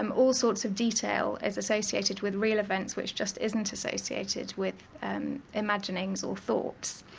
um all sorts of detail is associated with real events which just isn't associated with imaginings or thoughts.